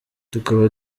tukaba